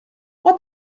what